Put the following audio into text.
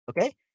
Okay